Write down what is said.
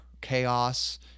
chaos